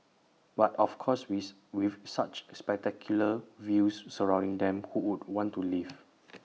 but of course with with such spectacular views surrounding them who would want to leave